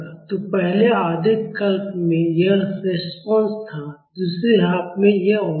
तो पहले आधे कल्प में यह रेसपान्स था दूसरे हाफ में यह होता है